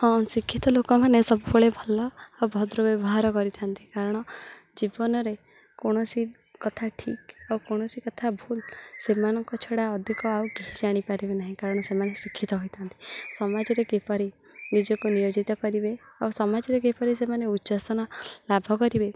ହଁ ଶିକ୍ଷିତ ଲୋକମାନେ ସବୁବେଳେ ଭଲ ଆଉ ଭଦ୍ର ବ୍ୟବହାର କରିଥାନ୍ତି କାରଣ ଜୀବନରେ କୌଣସି କଥା ଠିକ୍ ଆଉ କୌଣସି କଥା ଭୁଲ୍ ସେମାନଙ୍କ ଛଡ଼ା ଅଧିକ ଆଉ କେହି ଜାଣିପାରିବେ ନାହିଁ କାରଣ ସେମାନେ ଶିକ୍ଷିତ ହୋଇଥାନ୍ତି ସମାଜରେ କିପରି ନିଜକୁ ନିୟୋଜିତ କରିବେ ଆଉ ସମାଜରେ କିପରି ସେମାନେ ଉଚ୍ଚାସନ ଲାଭ କରିବେ